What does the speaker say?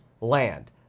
land